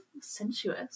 sensuous